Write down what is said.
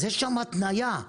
יש שם התניה,